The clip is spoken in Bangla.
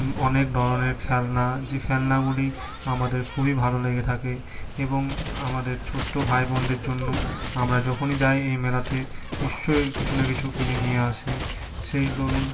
অনেক ধরনের খেলনা যে খেলনাগুলি আমাদের খুবই ভালো লেগে থাকে এবং আমাদের ছোট্টো ভাইবোনদের জন্য আমরা যখনই যাই এই মেলাতে নিশ্চয়ই কিছু না কিছু কিনে নিয়ে আসি সেই দরুন